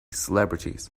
celebrities